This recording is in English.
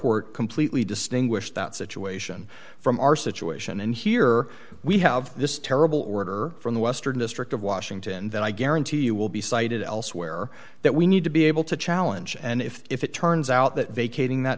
were completely distinguished that situation from our situation and here we have this terrible order from the western district of washington that i guarantee you will be cited elsewhere that we need to be able to challenge and if it turns out that vacating that